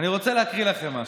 אני רוצה להקריא לכם משהו: